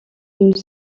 une